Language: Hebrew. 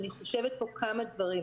אני חושבת על כמה דברים.